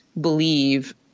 believe